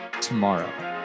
tomorrow